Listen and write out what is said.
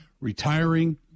retiring